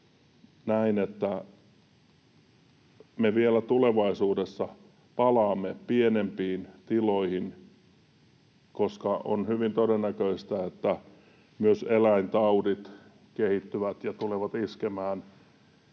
näin, että me vielä tulevaisuudessa palaamme pienempiin tiloihin, koska on hyvin todennäköistä, että myös eläintaudit kehittyvät ja tulevat iskemään